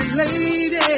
lady